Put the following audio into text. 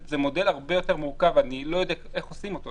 זה מודל הרבה יותר מורכב ואני לא יודע איך עושים אותו.